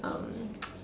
um